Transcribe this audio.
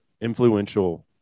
influential